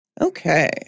Okay